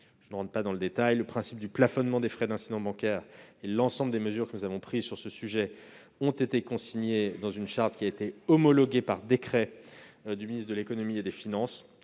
Je n'entre pas dans le détail. Le principe du plafonnement des frais d'incidents bancaires et l'ensemble des mesures que nous avons prises sur ce sujet ont été consignés dans une charte qui a été homologuée par décret du ministre de l'économie et des finances.